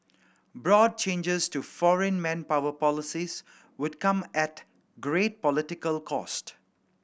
broad changes to foreign manpower policies would come at great political cost